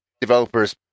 developers